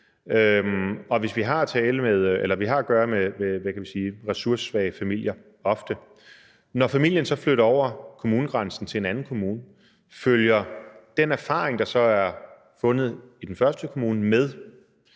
kan vi sige – ofte ressourcesvage familier. Når familien så flytter over kommunegrænsen til en anden kommune, følger den erfaring, der så er fundet i den første kommune, med?